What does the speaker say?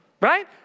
right